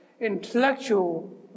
intellectual